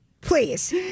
Please